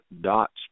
dots